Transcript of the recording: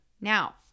Now